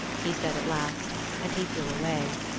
he said at last, and he flew away.